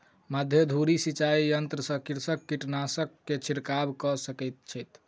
मध्य धूरी सिचाई यंत्र सॅ कृषक कीटनाशक के छिड़काव कय सकैत अछि